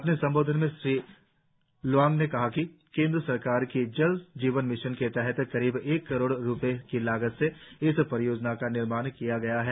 अपने संबोधन में श्री लोवांग ने कहा कि केंद्र सरकार की जल जीवन मिशन के तहत करीब एक करोड़ रूपए की लागत से इस परियोजना का निर्माण किया गया है